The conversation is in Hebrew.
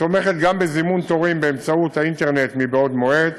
התומכת בזימון תורים באמצעות האינטרנט מבעוד מועד,